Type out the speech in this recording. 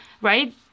right